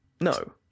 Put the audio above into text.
no